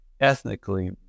ethnically